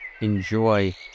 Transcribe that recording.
enjoy